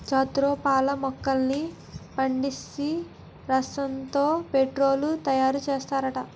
jatropha మొక్కలని పిండేసి రసంతో పెట్రోలు తయారుసేత్తన్నారట